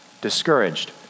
discouraged